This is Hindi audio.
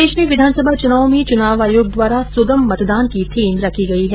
प्रदेश में विधानसभा चुनाव में चुनाव आयोग द्वारा सुगम मतदान की थीम रखी गई है